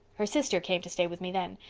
her sister came to stay with me then.